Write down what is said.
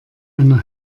einer